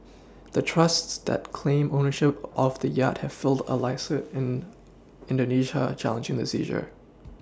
the trusts that claim ownership of the yacht have filed a lawsuit in indonesia challenging the seizure